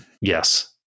Yes